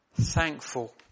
Thankful